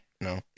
No